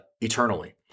eternally